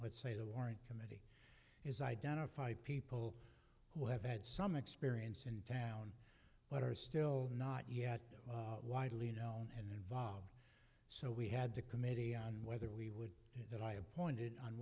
let's say the warrant committee is identify people who have had some experience in town but are still not yet widely known and involved so we had the committee on whether we would that i appointed